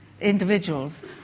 individuals